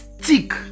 stick